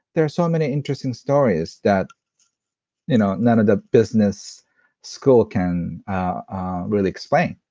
there are so many interesting stories that you know none of the business school can really explain.